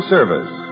Service